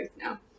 now